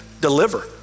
deliver